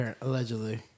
allegedly